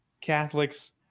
Catholics